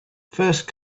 first